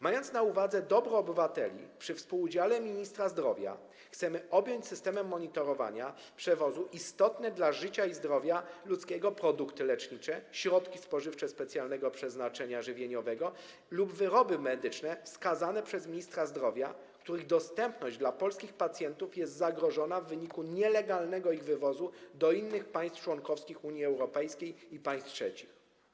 Mając na uwadze dobro obywateli, przy współudziale ministra zdrowia, chcemy objąć systemem monitorowania przewozu istotne dla życia i zdrowia ludzkiego produkty lecznicze, środki spożywcze specjalnego przeznaczenia żywieniowego lub wyroby medyczne wskazane przez ministra zdrowia, do których dostęp dla polskich pacjentów jest zagrożony w wyniku nielegalnego ich wywozu do innych państw członkowskich Unii Europejskiej i państw trzecich.